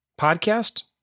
podcast